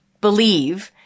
believe